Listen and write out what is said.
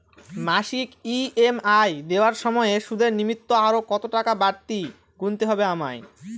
মাসিক ই.এম.আই দেওয়ার সময়ে সুদের নিমিত্ত আরো কতটাকা বাড়তি গুণতে হবে আমায়?